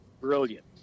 brilliant